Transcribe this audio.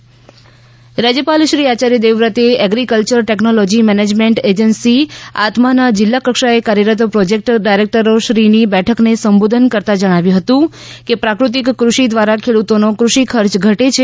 રાજ્યપાલ રાજ્યપાલશ્રી આચાર્ય દેવવ્રતે એગ્રીકલ્યર ટેકનોલોજી મેનેજમેન્ટ એજન્સી આત્માના જીલ્લા કક્ષાએ કાર્યરત પ્રોજેક્ટ ડાયરેક્ટરશ્રીઓની બેઠકને સંબોધતા જણાવ્યું હતું કે પ્રાફતિક ફષિ દ્વારા ખેડૂતોનો ફષિ ખર્ચ ઘટે છે